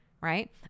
right